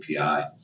API